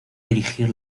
dirigir